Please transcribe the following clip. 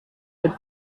could